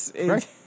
Right